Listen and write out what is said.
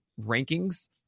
rankings